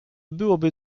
byłoby